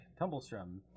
Tumblestrom